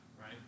right